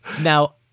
Now